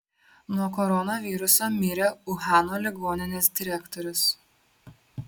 nuo koronaviruso mirė uhano ligoninės direktorius